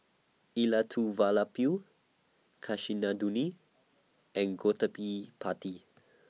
Elattuvalapil Kasinadhuni and Party